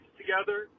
together